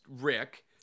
rick